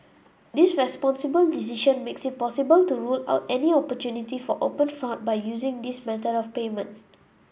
this responsible decision makes it possible to rule out any opportunity for open fraud by using this method of payment